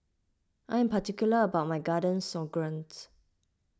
I am particular about my Garden Stroganoffs